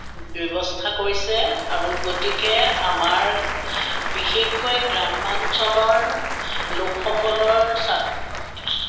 ব্যৱস্থা কৰিছে আৰু গতিকে আমাৰ বিশেষকৈ গ্ৰাম্যাঞ্চলৰ লোকসকলৰ চা